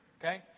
Okay